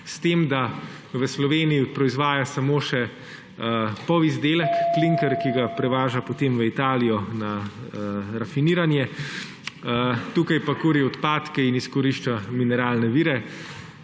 s tem da v Sloveniji proizvaja samo še polizdelek klinker, ki ga prevaža potem v Italijo na rafiniranje, tukaj pa kuri odpadke in izkorišča mineralne vire.